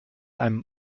einem